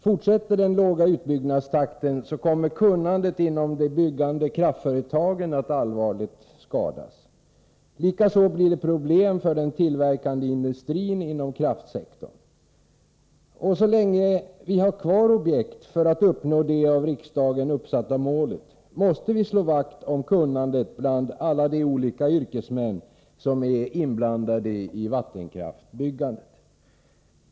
Fortsätter den låga utbyggnadstakten kommer kunnandet inom de byggande kraftföretagen att allvarligt skadas. Likaså blir det problem för den tillverkande industrin inom kraftsektorn. Så länge vi har kvar objekt för att uppnå det av riksdagen uppsatta målet måste vi slå vakt om kunnandet bland alla de olika yrkesmän som är inblandade i vattenkraftsutbyggandet.